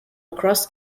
across